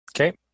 Okay